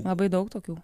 labai daug tokių